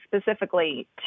specifically